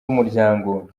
umuryango